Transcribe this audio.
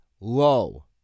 low